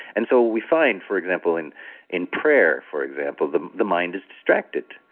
and so we find for example, in in prayer for example, the the mind is distracted.